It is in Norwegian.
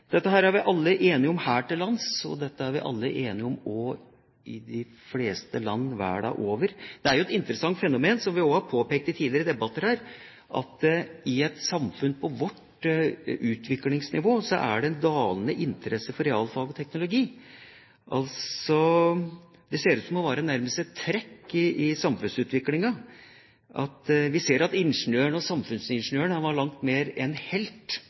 Dette er vi alle enige om her til lands, og dette er man enig om i de fleste land verden over. Det er jo et interessant fenomen, som vi også har påpekt i tidligere debatter, at det i et samfunn på vårt utviklingsnivå er en dalende interesse for realfag og teknologi. Det ser altså ut til nærmest å være et trekk i samfunnsutviklingen. Vi ser at han var langt mer en helt, ingeniøren og samfunnsingeniøren